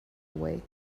away